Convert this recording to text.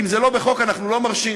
אם זה לא בחוק אנחנו לא מרשים.